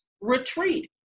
retreat